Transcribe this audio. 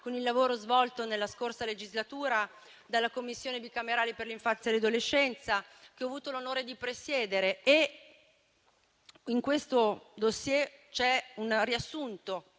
con il lavoro svolto nella scorsa legislatura dalla Commissione bicamerale per l'infanzia e l'adolescenza, che ho avuto l'onore di presiedere. Ricordo il *dossier* che riassume